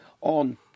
on